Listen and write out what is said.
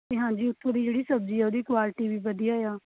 ਅਤੇ ਹਾਂਜੀ ਉਥੋਂ ਦੀ ਜਿਹੜੀ ਸਬਜ਼ੀ ਆ ਉਹਦੀ ਕੋਆਲਟੀ ਵੀ ਵਧੀਆ ਹੈ ਆ